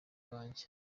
banjye